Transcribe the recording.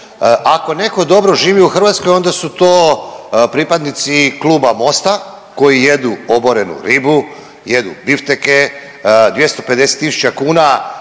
Ako netko dobro živi u Hrvatskoj, onda su to pripadnici Kluba Mosta koji jedu oborenu ribu, jedu bifteke, 250 tisuća kuna